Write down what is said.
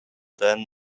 then